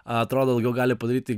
atrodo daugiau gali padaryti